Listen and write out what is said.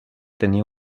tenir